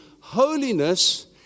holiness